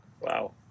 wow